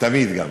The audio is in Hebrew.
תמיד גם.